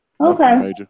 Okay